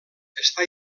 està